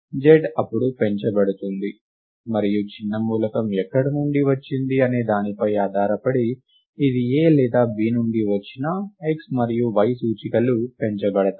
z అప్పుడు పెంచబడుతుంది మరియు చిన్న మూలకం ఎక్కడ నుండి వచ్చింది అనే దానిపై ఆధారపడి ఇది A లేదా B నుండి వచ్చినా x మరియు y సూచికలు పెంచబడతాయి